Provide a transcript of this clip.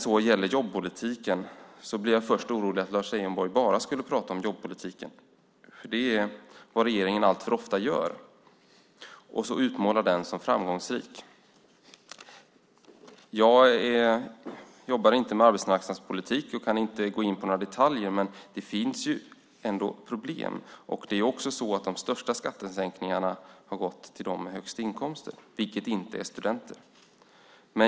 Jag blev först orolig att Lars Leijonborg bara skulle prata om jobbpolitiken och utmåla den som framgångsrik. Det är vad regeringen gör alltför ofta. Jag jobbar inte med arbetsmarknadspolitik och kan inte gå in på några detaljer, men det finns ändå problem. De största skattesänkningarna har ju gått till dem med de högsta inkomsterna, vilka inte är studenter.